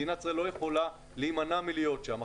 מדינת ישראל לא יכולה להימנע מלהיות שם.